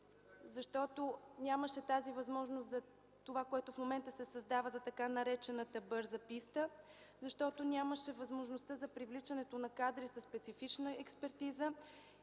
защото нямаше тази възможност за това, което в момента се създава за така наречената бърза писта, защото нямаше възможността за привличането на кадри със специфична експертиза